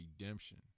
redemption